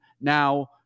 Now